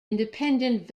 independent